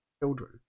children